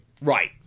Right